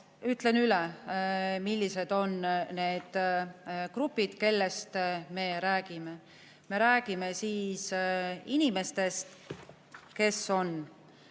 Ütlen üle, millised on need grupid, kellest me räägime. Me räägime inimestest kas